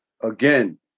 Again